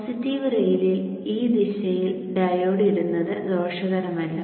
positive റെയിലിൽ ഈ ദിശയിൽ ഡയോഡ് ഇടുന്നത് ദോഷകരമല്ല